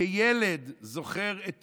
כילד, זוכר את